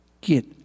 Get